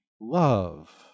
love